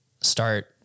start